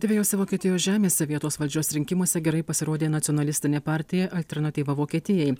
dvejose vokietijos žemėse vietos valdžios rinkimuose gerai pasirodė nacionalistinė partija alternatyva vokietijai